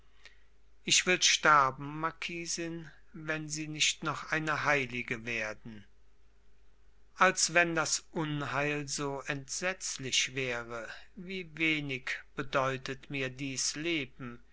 ich will sterben marquisin wenn sie nicht noch eine heilige werden als wenn das unheil so entsetzlich wäre wie wenig bedeutet mir dies leben